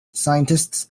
scientists